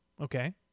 Okay